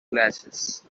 glasses